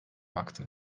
baktı